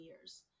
years